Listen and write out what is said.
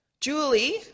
Julie